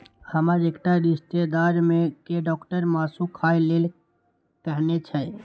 हमर एकटा रिश्तेदार कें डॉक्टर मासु खाय लेल कहने छै